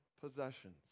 possessions